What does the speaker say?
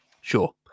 Sure